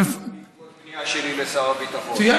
בעקבות פנייה שלי לשר הביטחון.